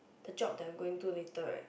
the job that I'm going to later right